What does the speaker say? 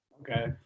Okay